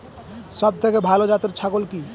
সবথেকে ভালো জাতের ছাগল কি?